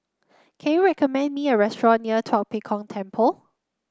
can you recommend me a restaurant near Tua Pek Kong Temple